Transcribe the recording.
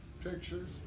pictures